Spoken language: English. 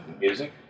music